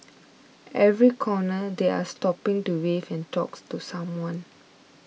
every corner they are stopping to wave and talks to someone